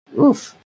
Oof